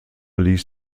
ließ